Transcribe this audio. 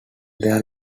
their